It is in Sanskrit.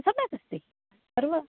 सम्यक् अस्ति सर्व